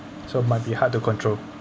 so might be hard to control